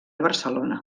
barcelona